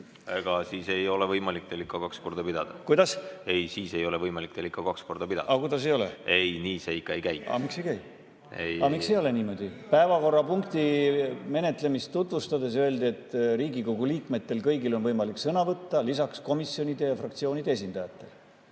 Ega siis ei ole võimalik teil ikka kaks korda pidada. Kuidas? Ei, siis ei ole võimalik teil ikka kaks korda pidada. Aga kuidas ei ole? Ei, nii see ikka ei käi. Ei, nii see ikka ei käi. Aga miks ei käi? Ei. Aga miks ei ole niimoodi? Päevakorrapunkti menetlemist tutvustades öeldi, et Riigikogu liikmetel kõigil on võimalik sõna võtta, lisaks komisjonide ja fraktsioonide esindajatel.